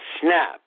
Snap